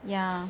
ya